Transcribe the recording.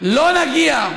לא נגיע.